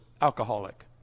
alcoholic